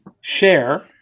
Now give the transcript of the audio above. share